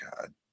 God